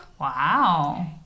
Wow